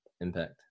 impact